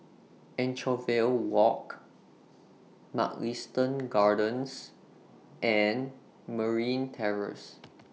Anchorvale Walk Mugliston Gardens and Merryn Terrace